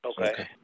Okay